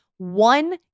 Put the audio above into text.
one